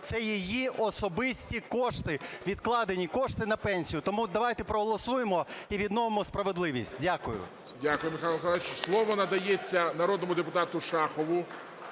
Це її особисті кошти, відкладені кошти на пенсію. Тому давайте проголосуємо і відновимо справедливість. Дякую. ГОЛОВУЮЧИЙ. Дякую, Михайло Миколайович. Слово надається народному депутату Шахову